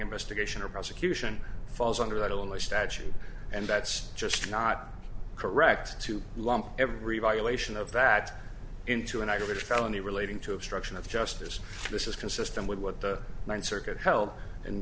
investigation or prosecution falls under i don't wish that you and that's just not correct to lump every violation of that into an irish felony relating to obstruction of justice this is consistent with what the ninth circuit held in